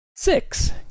Six